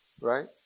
Right